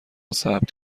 ثبت